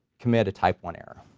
commit a type one error,